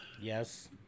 yes